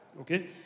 Okay